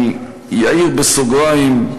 אני אעיר בסוגריים,